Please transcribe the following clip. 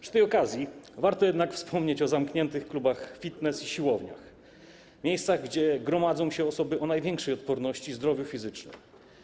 Przy tej okazji warto jednak wspomnieć o zamkniętych klubach fitness i siłowniach, miejscach, gdzie gromadzą się osoby o największej odporności i zdrowiu fizycznym.